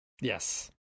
yes